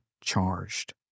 charged